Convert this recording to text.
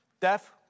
deaf